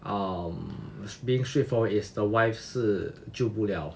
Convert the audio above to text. um being straight forward is the wife 是救不了